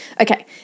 okay